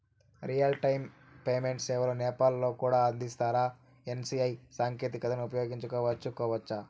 Real time payment సేవలు నేపాల్ లో కూడా అందిస్తారా? ఎన్.సి.పి.ఐ సాంకేతికతను ఉపయోగించుకోవచ్చా కోవచ్చా?